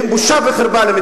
אני גאה בזה.